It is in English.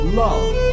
love